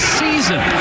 season